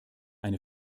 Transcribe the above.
eine